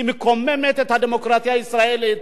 מקוממת את הדמוקרטיה הישראלית,